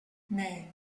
mais